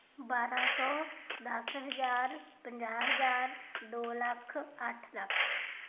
ਬਾਰਾਂ ਸੌ ਦਸ ਹਜ਼ਾਰ ਪੰਜਾਹ ਹਜ਼ਾਰ ਦੋ ਲੱਖ ਅੱਠ ਲੱਖ